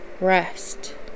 Rest